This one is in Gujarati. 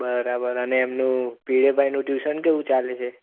બરાબર અને એમનું ભીડે ભાઈનું ટ્યુશન કેવું ચાલે છે